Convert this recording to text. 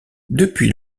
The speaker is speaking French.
depuis